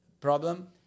problem